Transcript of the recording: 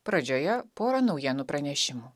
pradžioje pora naujienų pranešimų